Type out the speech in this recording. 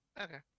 Okay